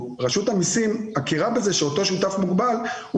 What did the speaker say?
החוק קובע היום שבמצבים כאלה אין שיעור מס מופחת על ריבית,